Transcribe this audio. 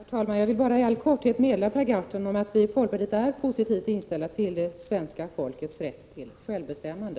Herr talman! Jag vill bara i all korthet meddela Per Gahrton att vi i folkpartiet är positivt inställda till det svenska folkets rätt till självbestämmande.